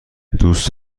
دوست